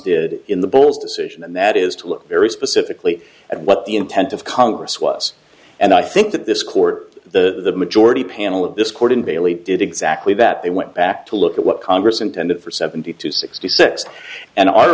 did in the bowles decision and that is to look very specifically at what the intent of congress was and i think that this court the majority panel of this court in bailey did exactly that they went back to look at what congress intended for seventy two sixty six and our